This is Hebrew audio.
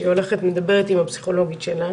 שהיא הולכת ומדברת עם הפסיכולוגית שלה